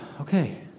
Okay